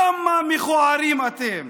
כמה מכוערים אתם.